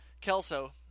Kelso